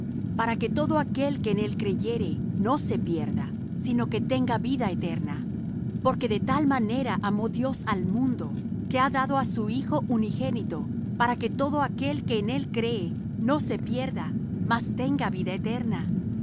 para que todo aquel que en él creyere no se pierda sino que tenga vida eterna porque de tal manera amó dios al mundo que ha dado á su hijo unigénito para que todo aquel que en él cree no se pierda mas tenga vida eterna